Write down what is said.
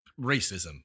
racism